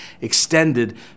extended